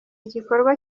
igikorwa